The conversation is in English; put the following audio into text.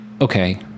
okay